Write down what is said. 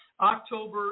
October